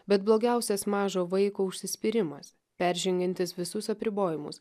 bet blogiausias mažo vaiko užsispyrimas peržengiantis visus apribojimus